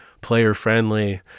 player-friendly